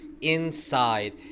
inside